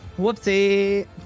Whoopsie